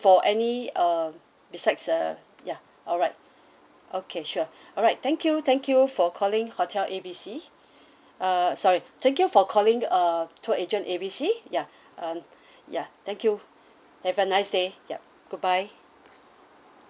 for any uh besides uh ya alright okay sure alright thank you thank you for calling hotel A B C uh sorry thank you for calling uh tour agent A B C ya uh ya thank you have a nice day yup goodbye